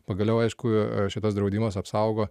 pagaliau aišku šitas draudimas apsaugo